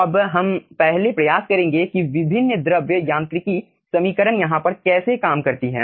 अब हम पहले प्रयास करेंगे कि विभिन्न द्रव यांत्रिकी समीकरण यहाँ पर कैसे काम करती है